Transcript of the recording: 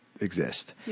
exist